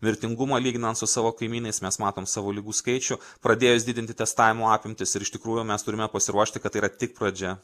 mirtingumą lyginant su savo kaimynais mes matom savo ligų skaičių pradėjus didinti testavimo apimtis ir iš tikrųjų mes turime pasiruošti kad tai yra tik pradžia